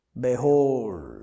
Behold